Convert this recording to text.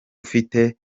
ufite